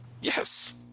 Yes